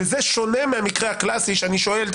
וזה שונה מהמקרה הקלאסי שאני שואל את